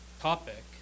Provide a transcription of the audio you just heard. topic